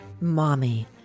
Mommy